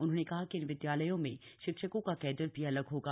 उन्होंने कहा कि इन विद्यालयों में शिक्षकों का कड़र भी अलग होगा